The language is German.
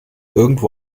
irgendwo